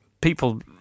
People